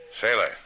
Sailor